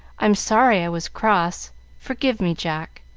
i'm sorry i was cross forgive me, jack.